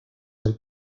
del